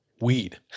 weed